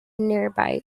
nearby